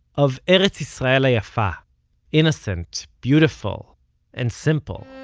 of eretz israel ha'yafa. innocent, beautiful and simple